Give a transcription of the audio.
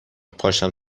پاشم